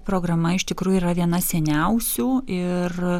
programa iš tikrųjų yra viena seniausių ir